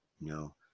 no